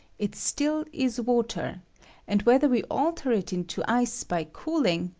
it still is water and whether we alter it into ice by cooling,